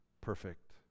perfect